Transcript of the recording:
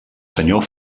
senyor